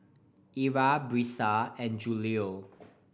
Ira Brisa and Julio